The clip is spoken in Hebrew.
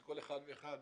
של כל אחד ואחד,